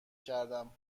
کردم